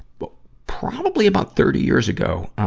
but probably about thirty years ago.